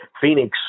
Phoenix